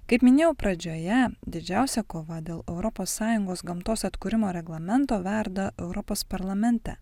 kaip minėjau pradžioje didžiausia kova dėl europos sąjungos gamtos atkūrimo reglamento verda europos parlamente